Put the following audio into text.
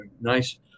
nice